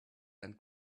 and